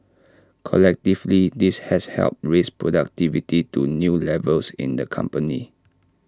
collectively this has helped raise productivity to new levels in the company